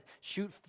shoot